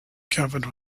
covered